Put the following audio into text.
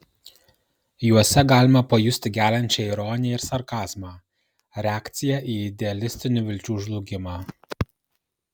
juose galima pajusti geliančią ironiją ir sarkazmą reakciją į idealistinių vilčių žlugimą